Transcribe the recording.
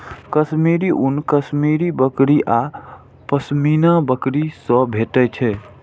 कश्मीरी ऊन कश्मीरी बकरी आ पश्मीना बकरी सं भेटै छै